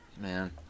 man